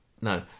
No